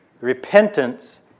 Repentance